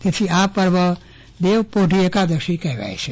તેથી આ પર્વ દેવપોઢી એકાદશી પણ કહેવાય છે